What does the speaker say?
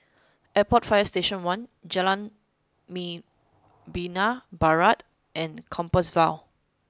Airport Fire Station one Jalan Membina Barat and Compassvale